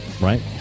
right